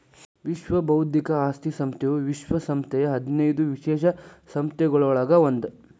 ವಿಶ್ವ ಬೌದ್ಧಿಕ ಆಸ್ತಿ ಸಂಸ್ಥೆಯು ವಿಶ್ವ ಸಂಸ್ಥೆಯ ಹದಿನೈದು ವಿಶೇಷ ಸಂಸ್ಥೆಗಳೊಳಗ ಒಂದ್